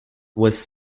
was